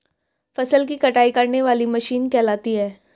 फसल की कटाई करने वाली मशीन कहलाती है?